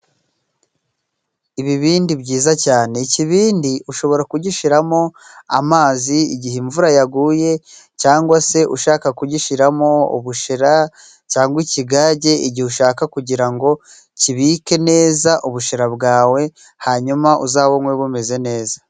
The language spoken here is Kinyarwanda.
Ibibindi byiza cyane， ikibindi ushobora kugishiramo amazi igihe imvura yaguye， cyangwa se ushaka kugishiramo ubushera，cyangwa ikigage， igihe ushaka kugira ngo kibike neza ubushera bwawe，hanyuma uzabunywe bumeze neza.